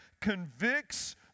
convicts